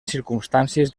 circumstàncies